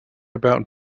about